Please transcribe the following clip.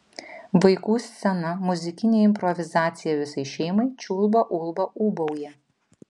vaikų scena muzikinė improvizacija visai šeimai čiulba ulba ūbauja